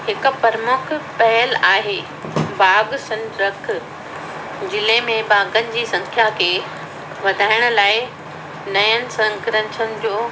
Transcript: हिकु प्रमुख पहल आहे बाघ संरख जिले में बाघनि जी संख्या खे वधाइण जे लाइ नयन संकर्षण जो